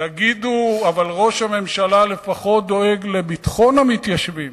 תגידו: אבל ראש הממשלה לפחות דואג לביטחון המתיישבים,